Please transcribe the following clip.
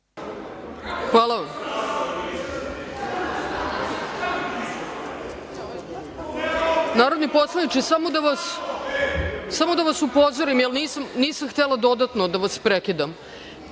Hvala vam. Narodni poslaniče, samo da vas upozorim, jer nisam htela dodatno da vas prekidam.